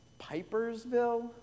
Pipersville